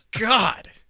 God